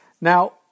Now